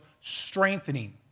strengthening